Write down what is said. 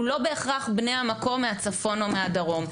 הוא לא בהכרח בני המקום מהצפון ומהדרום.